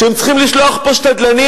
שהם צריכים לשלוח פה שתדלנים,